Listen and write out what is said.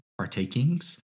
partakings